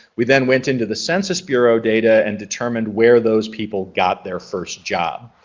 we then went into the census bureau data and determined where those people got their first job.